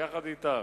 יחד אתם.